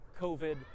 COVID